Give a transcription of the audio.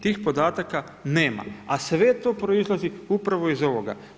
Tih podataka nema, a sve to proizlazi upravo iz ovoga.